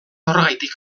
horregatik